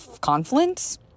confluence